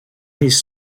his